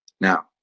Now